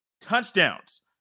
touchdowns